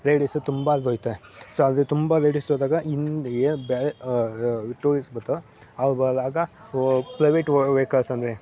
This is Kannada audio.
ಲೇಡಿಸು ತುಂಬ ಅಲ್ಲಿ ಹೋಗ್ತಾರೆ ಸೊ ಆದರೆ ತುಂಬ ಲೇಡಿಸ್ ಹೋದಾಗ ಇಂದೆ ಟೂರಿಸ್ ಬರ್ತಾವ ಅವು ಓ ಪ್ರೈವೇಟ್ ವೆಹಿಕಲ್ಸ್ ಅಂದರೆ